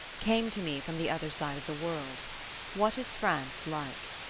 came to me from the other side of the world what is france like?